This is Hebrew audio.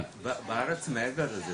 בארץ, מעבר לזה,